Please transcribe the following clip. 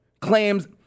claims